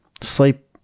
sleep